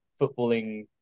footballing